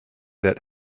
that